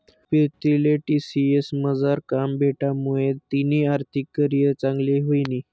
पीरतीले टी.सी.एस मझार काम भेटामुये तिनी आर्थिक करीयर चांगली व्हयनी